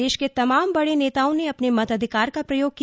प्रदेश के तमाम बड़े नेताओं ने अपने मताधिकार का प्रयोग किया